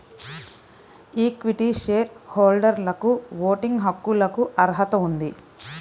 equity share హోల్డర్లకుఓటింగ్ హక్కులకుఅర్హత ఉంది